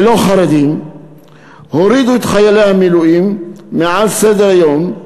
ללא חרדים הורידו את חיילי המילואים מעל סדר-היום,